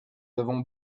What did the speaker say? avons